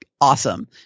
awesome